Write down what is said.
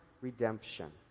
redemption